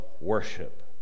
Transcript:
worship